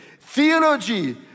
theology